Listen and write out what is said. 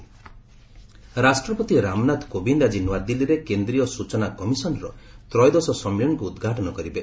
ପ୍ରେଜ୍ ସିଆଇସି ରାଷ୍ଟ୍ରପତି ରାମନାଥ କୋବିନ୍ଦ ଆଜି ନୂଆଦିଲ୍ଲୀରେ କେନ୍ଦ୍ରୀୟ ସୂଚନା କମିଶନ୍ ର ତ୍ରୟୋଦଶ ସମ୍ମିଳନୀକୁ ଉଦ୍ଘାଟନ କରିବେ